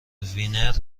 وینر